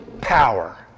Power